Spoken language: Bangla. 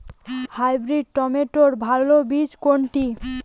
হাইব্রিড টমেটোর ভালো বীজ কোনটি?